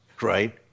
Right